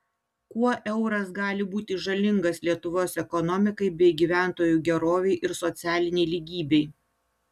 kuo euras gali būti žalingas lietuvos ekonomikai bei gyventojų gerovei ir socialinei lygybei